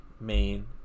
main